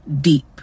deep